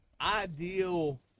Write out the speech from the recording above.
ideal